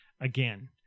again